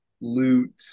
loot